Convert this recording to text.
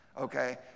okay